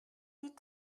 die